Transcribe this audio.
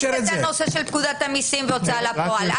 תכניס את הנושא של פקודת המסים והוצאה לפועל.